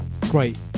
great